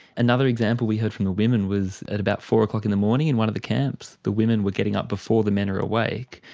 another example we heard from women was at about four o'clock in the morning in one of the camps the women were getting up before the men are awake,